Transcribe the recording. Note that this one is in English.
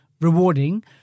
rewarding